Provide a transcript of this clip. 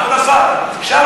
כבוד השר,